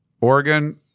Oregon